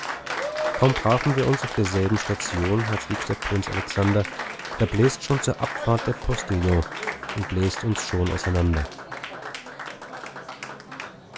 kaum trafen wir uns auf derselben station herzliebster prinz alexander da bläst schon zur abfahrt der postillon und bläst uns schon auseinander